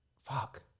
Fuck